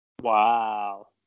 Wow